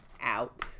out